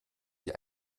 sie